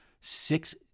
six